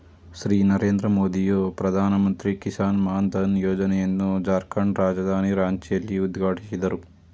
ಶ್ರೀ ನರೇಂದ್ರ ಮೋದಿಯು ಪ್ರಧಾನಮಂತ್ರಿ ಕಿಸಾನ್ ಮಾನ್ ಧನ್ ಯೋಜನೆಯನ್ನು ಜಾರ್ಖಂಡ್ ರಾಜಧಾನಿ ರಾಂಚಿಯಲ್ಲಿ ಉದ್ಘಾಟಿಸಿದರು